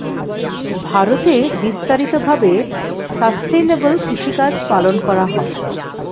ভারতে বিস্তারিত ভাবে সাসটেইনেবল কৃষিকাজ পালন করা হয়